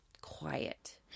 quiet